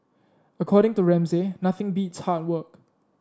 according to Ramsay nothing beats hard work